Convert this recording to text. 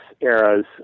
eras